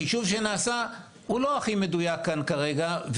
החישוב שנעשה הוא לא הכי מדויק כאן כרגע.